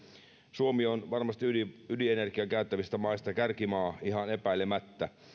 suomi on varmasti ydinenergiaa käyttävistä maista kärkimaa ihan epäilemättä